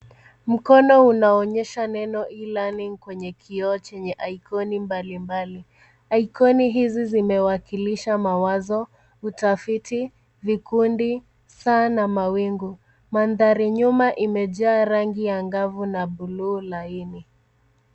Mkono unaonyesha neno E-Learning kwenye kioo chenye ikoni mbalimbali. Ikoni hizi zimewakilisha mawazo, utafiti, vikundi, saa na mawingu. Mandhari nyuma imejaa rangi angavu na buluu laini.